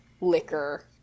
liquor